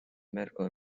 medical